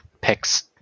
picks